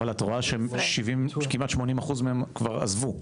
אבל את רואה שכמעט 80% מהם כבר עזבו.